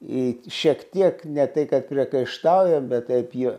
į šiek tiek ne tai kad priekaištaujam bet taip jie